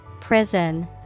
Prison